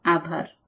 આભાર